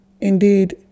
indeed